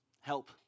Help